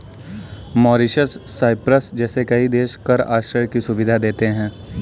Mauritius, Cyprus जैसे कई देश कर आश्रय की सुविधा देते हैं